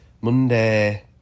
Monday